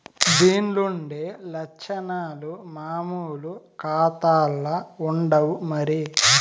దీన్లుండే లచ్చనాలు మామూలు కాతాల్ల ఉండవు మరి